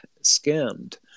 scammed